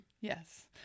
yes